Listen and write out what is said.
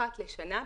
אחת לשנה,